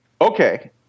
Okay